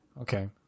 okay